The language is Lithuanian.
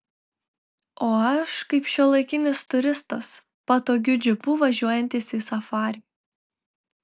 o aš kaip šiuolaikinis turistas patogiu džipu važiuojantis į safarį